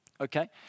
Okay